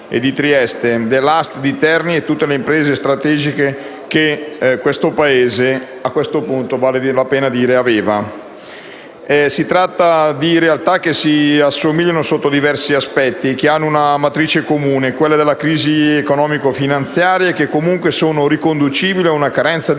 Si tratta di realtà che si assomigliano sotto diversi aspetti e che hanno una matrice comune, quella della crisi economico-finanziaria, e che comunque sono riconducibili ad una carenza di